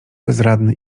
bezradny